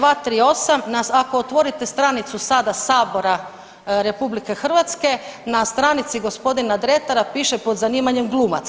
238. ako otvorite stranicu sada Sabora RH na stranici gospodina Dretara piše pod zanimanjem glumac.